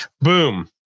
boom